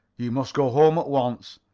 you must go home at once.